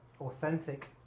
authentic